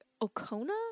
O'Kona